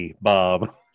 Bob